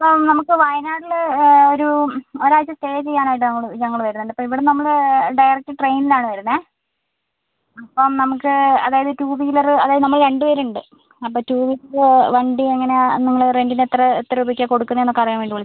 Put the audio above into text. ഇപ്പം നമുക്ക് വായനാട്ടിൽ ഒരു ഒരാഴ്ച്ച സ്റ്റേ ചെയ്യാനായിട്ട് അങ്ങോട്ട് ഞങ്ങൾ വരുന്നുണ്ട് അപ്പം ഇവിടെ നമ്മൾ ഡയറക്റ്റ് ട്രെയിനിനാണ് വരുന്നത് അപ്പം നമുക്ക് അതായത് ടൂ വീലർ അതായത് നമ്മൾ രണ്ട് പേരുണ്ട് അപ്പം ടൂ വീലർ വണ്ടി എങ്ങനെയാണ് നിങ്ങൾ റെൻറ്റിന് എത്ര എത്ര രൂപയ്ക്കാണ് കൊടുക്കുന്നതെന്ന് ഒക്കെ അറിയാൻ വേണ്ടി വിളിച്ച